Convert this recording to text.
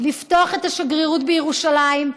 לפתוח את השגרירות בירושלים,